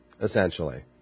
essentially